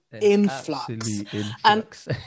influx